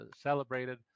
celebrated